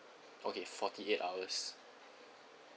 okay forty eight hours